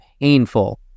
painful